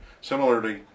similarly